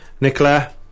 Nicola